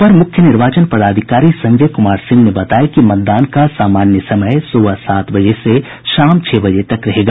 अपर मुख्य निर्वाचन पदाधिकारी संजय कुमार सिंह ने बताया कि मतदान का सामान्य समय सुबह सात बजे से शाम छह बजे तक रहेगा